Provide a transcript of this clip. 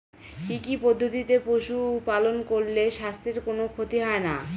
কি কি পদ্ধতিতে পশু পালন করলে স্বাস্থ্যের কোন ক্ষতি হয় না?